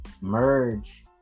merge